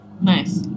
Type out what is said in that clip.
Nice